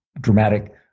dramatic